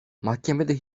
mahkemede